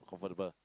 convertible